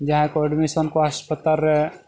ᱡᱟᱦᱟᱸᱭ ᱠᱚ ᱮᱰᱢᱤᱥᱚᱱ ᱠᱚ ᱦᱟᱸᱥᱯᱟᱛᱟᱞ ᱨᱮ